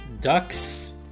ducks